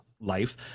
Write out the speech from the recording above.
life